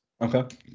Okay